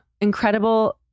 incredible